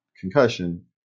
concussion